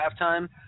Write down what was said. Halftime